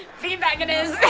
bean bag it is.